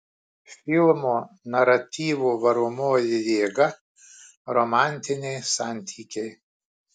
filmo naratyvo varomoji jėga romantiniai santykiai